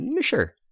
sure